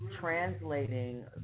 translating